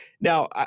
Now